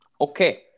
Okay